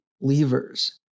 levers